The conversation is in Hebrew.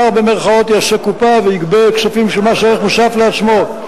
יעשה קופה ויגבה כספים של מס ערך מוסף לעצמו.